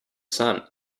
sun